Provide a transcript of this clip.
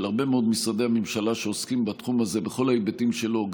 הרבה מאוד משרדי ממשלה שעוסקים בתחום הזה בכל ההיבטים שלו,